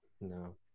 no